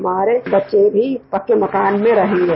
हमारे बच्चे भी पक्के मकान में रहेंगे